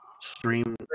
Stream